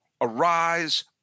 Arise